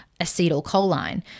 acetylcholine